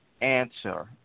answer